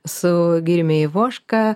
su giriumi ivoška